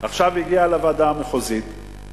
עכשיו הגיעה לוועדה המחוזית.